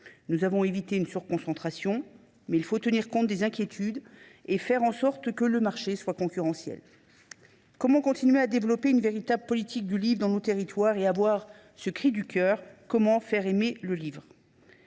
Nous avons évité une surconcentration, mais il faut tenir compte des inquiétudes et faire en sorte que le marché soit concurrentiel. Comment continuer à développer une véritable politique du livre dans nos territoires, avec ce cri du cœur :« Comment faire aimer le livre ?